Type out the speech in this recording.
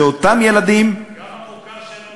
זה אותם ילדים, גם המוכר שאינו רשמי?